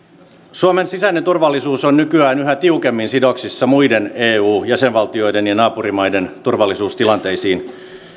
suomen sisäinen turvallisuus on nykyään yhä tiukemmin sidoksissa muiden eun jäsenvaltioiden ja naapurimaiden turvallisuustilanteisiin